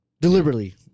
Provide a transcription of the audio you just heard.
deliberately